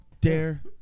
Dare